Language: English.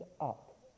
up